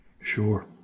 Sure